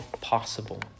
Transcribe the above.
possible